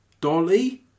Dolly